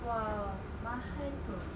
!wow! mahal [pe]